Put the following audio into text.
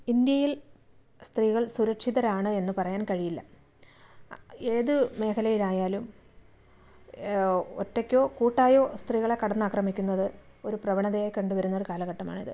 ഇന്ത്യയിൽ സ്ത്രീകൾ സുരക്ഷിതരാണ് എന്ന് പറയാൻ കഴിയില്ല ഏതു മേഖലയിലായാലും ഒറ്റയ്ക്കോ കൂട്ടായോ സ്ത്രീകളെ കടന്നാക്രമിക്കുന്നത് ഒരു പ്രവണതയായി കണ്ടുവരുന്നൊരു കാലഘട്ടമാണിത്